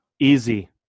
Easy